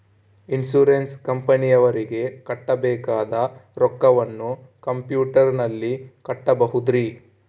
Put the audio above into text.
Insurance ಕಂಪನಿಯವರಿಗೆ ಕಟ್ಟಬೇಕಾದ ರೊಕ್ಕವನ್ನು ಕಂಪ್ಯೂಟರನಲ್ಲಿ ಕಟ್ಟಬಹುದ್ರಿ?